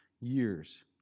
years